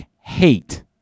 hate